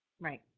Right